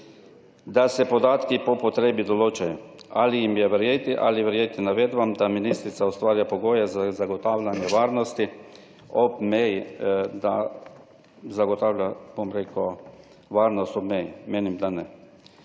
da se podatki po potrebi določajo? Ali jim je verjeti ali verjeti navedbam, da ministrica ustvarja pogoje za zagotavljanje varnosti ob meji, da zagotavlja, bom rekel, varnost ob meji. Menim, da ne.